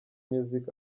music